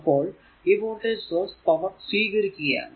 അപ്പോൾ ഈ voltage source power സ്വീകരിക്കുകയാണ്